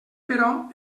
però